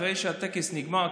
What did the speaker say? אחרי שהטקס נגמר,